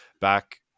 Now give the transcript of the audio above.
back